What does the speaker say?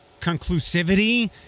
conclusivity